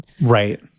Right